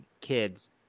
kid's